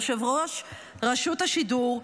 יו"ר רשות השידור,